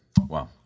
Wow